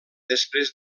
després